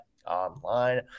online